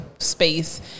space